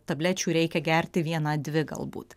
tablečių reikia gerti vieną dvi galbūt